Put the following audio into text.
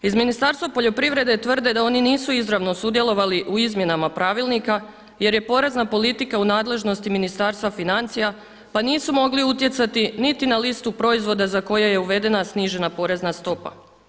Iz Ministarstva poljoprivrede tvrde da oni nisu izravno sudjelovali u izmjenama pravilnika jer je porezna politika u nadležnosti Ministarstva financija pa nisu mogli utjecati niti na listu proizvoda za koje je uvedena snižena porezna stopa.